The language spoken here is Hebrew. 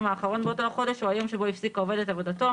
האחרון באותו החודש או היום שבו הפסיק העובד את עבודתו,